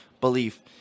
belief